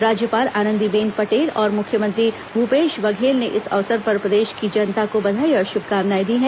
राज्यपाल आनंदीबेन पटेल और मुख्यमंत्री भूपेश बघेल ने इस अवसर पर प्रदेश की जनता को बधाई और शुभकामनाए दी हैं